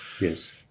Yes